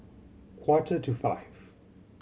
quarter to five